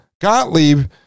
Gottlieb